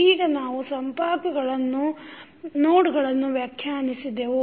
ಈಗ ನಾವು ಸಂಪಾತಗಳನ್ನು ಸಂಪಾತಗಳನ್ನು ವ್ಯಾಖ್ಯಾನಿಸಿದೆವು